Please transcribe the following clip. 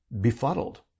befuddled